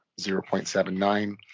0.79